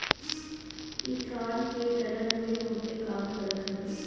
इ कान के दरद में बहुते काम करत हवे